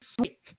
sweet